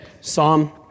Psalm